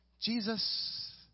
Jesus